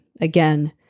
again